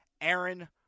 Aaron